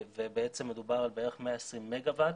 בעצם מדובר על בערך 120 מגה וואט